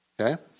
Okay